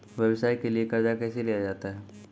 व्यवसाय के लिए कर्जा कैसे लिया जाता हैं?